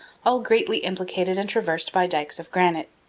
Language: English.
all greatly implicated and traversed by dikes of granite.